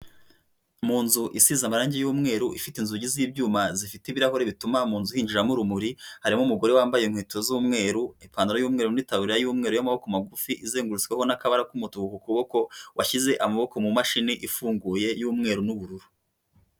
Mu nzu isize amarangi y'umweru, ifite inzugi z'ibyuma zifite ibirahure bituma mu nzu hinjiramo urumuri, harimo umugore wambaye inkweto z'umweru, ipantaro y'umweru n'itaburiya y'umweru y'amaboko magufi izengurutsweho n'akabara k'umutuku ku kuboko washyize amaboko mu mashini ifunguye y'umweru n'ubururu.